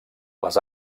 les